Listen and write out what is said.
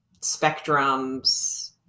spectrums